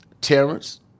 Terrence